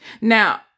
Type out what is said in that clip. Now